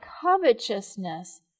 covetousness